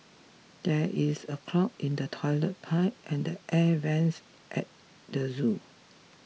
there is a clog in the Toilet Pipe and Air Vents at the zoo